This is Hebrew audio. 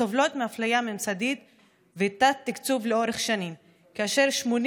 הסובלות מאפליה ממסדית ותת-תקצוב לאורך שנים כאשר 80